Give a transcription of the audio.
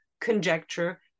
conjecture